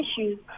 issues